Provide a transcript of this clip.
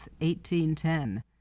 1810